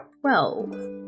Twelve